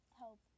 help